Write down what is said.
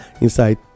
inside